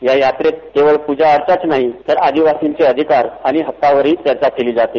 या यात्रेत केवळ पूजा अर्चाच नाही तर आदिवासींचे अधिकार आणि हक्कावरही चर्चा केली जाते